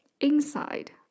Inside